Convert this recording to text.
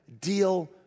deal